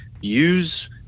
use